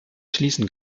schließen